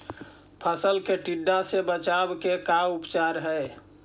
फ़सल के टिड्डा से बचाव के का उपचार है?